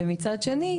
ומצד שני,